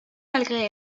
malgré